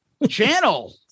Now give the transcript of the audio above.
channel